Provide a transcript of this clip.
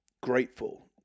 grateful